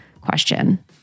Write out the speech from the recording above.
question